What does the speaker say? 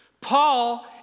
Paul